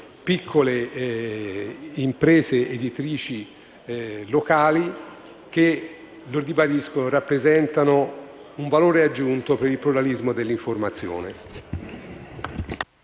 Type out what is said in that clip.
piccole imprese editrici locali che, lo ribadisco, rappresentano un valore aggiunto per il pluralismo dell'informazione.